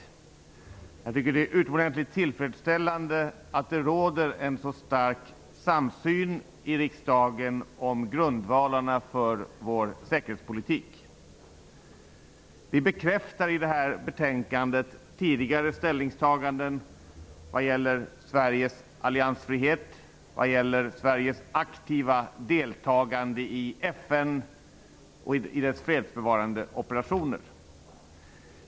Jag tycker att det är utomordentligt tillfredsställande att det finns en så stark samsyn i riksdagen om grundvalarna för vår säkerhetspolitik. I detta betänkande bekräftar vi tidigare ställningstaganden vad gäller Sveriges alliansfrihet och Sveriges aktiva deltagande i FN och i dess fredsbevarande operationer.